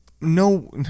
no